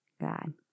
God